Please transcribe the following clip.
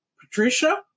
Patricia